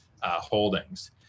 holdings